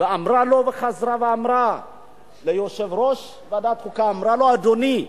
חזרה ואמרה ליושב-ראש ועדת החוקה, אמרה לו: אדוני,